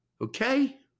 okay